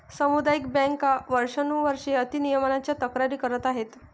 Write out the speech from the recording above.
सामुदायिक बँका वर्षानुवर्षे अति नियमनाच्या तक्रारी करत आहेत